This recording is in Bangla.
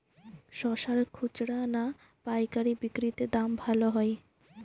শশার খুচরা না পায়কারী বিক্রি তে দাম ভালো হয়?